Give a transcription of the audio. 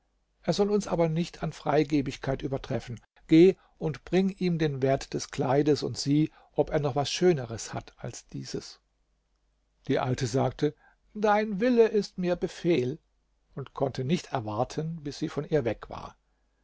er soll uns aber nicht an freigebigkeit übertreffen geh und bring ihm den wert des kleides und sieh ob er noch was schöneres hat als dieses die alte sagte dein wille ist mir befehl und konnte nicht erwarten bis sie von ihr weg war